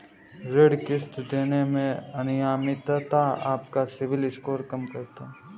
ऋण किश्त देने में अनियमितता आपका सिबिल स्कोर कम करता है